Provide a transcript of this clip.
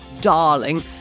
darling